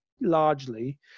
largely